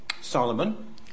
Solomon